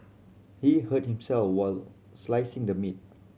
he hurt himself while slicing the meat